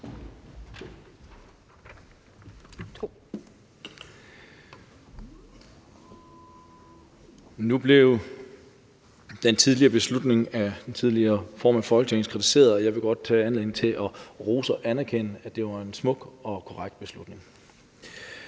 Nu blev den beslutning, som blev taget af den tidligere formand for Folketinget, kritiseret, men jeg vil godt her benytte anledningen til at rose og anerkende – det var en smuk og korrekt beslutning.